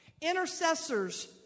Intercessors